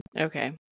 okay